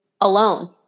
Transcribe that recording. alone